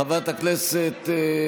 הרי מה קורה כאן,